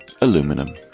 aluminum